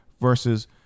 versus